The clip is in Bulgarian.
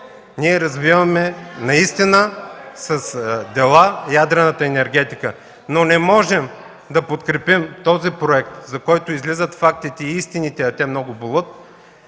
Ние развиваме наистина с дела ядрената енергетика. Но не можем да подкрепим този проект, за който излизат фактите и истините, а те много болят.